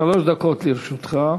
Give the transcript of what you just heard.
שלוש דקות לרשותך.